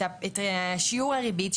את שיעור הריבית.